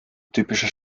typische